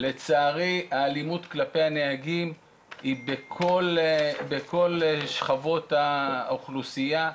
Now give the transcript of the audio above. לצערי האלימות כלפי הנהגים היא בכל שכבות האוכלוסייה.